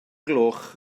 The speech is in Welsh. gloch